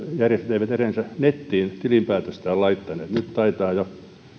eivät edes nettiin tilinpäätöstään laittaneet nyt ne taitavat jo